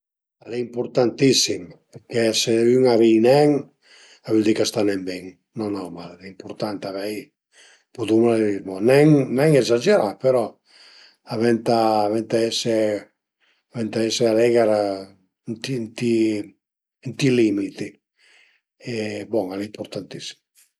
Al e impurtantissim perché se ün a ri nen a völ di ch'a sta nen bin, no no, ma al e impurtant avei pudumu l'umorizmo, nen ezagerà, però a venta a venta ese venta ese alegher ënt i limiti e bon al e ëmpurtantissim